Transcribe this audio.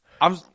I'm-